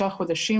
היה לנו מסלול כזה,